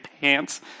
pants